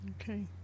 Okay